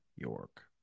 york